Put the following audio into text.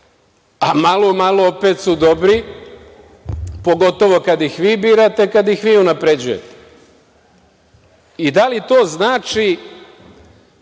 a malo, malo opet su dobri, pogotovo kada ih vi birate i kada ih vi unapređujete. Da li to znači